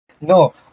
No